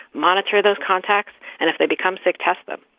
monitor those contacts and, if they become sick, test them.